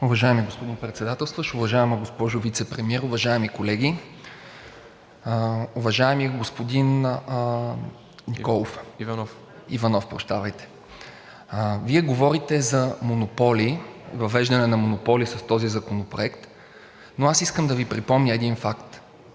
Уважаеми господин Председателстващ, уважаема госпожо Вицепремиер, уважаеми колеги! Уважаеми господин Иванов, Вие говорите за монополи, въвеждане на монополи с този законопроект, но аз искам да Ви припомня един факт.